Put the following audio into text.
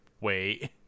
wait